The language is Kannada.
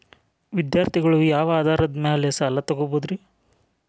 ವಿದ್ಯಾರ್ಥಿಗಳು ಯಾವ ಆಧಾರದ ಮ್ಯಾಲ ಸಾಲ ತಗೋಬೋದ್ರಿ?